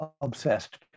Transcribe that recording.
obsessed